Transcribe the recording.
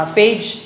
page